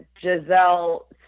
Giselle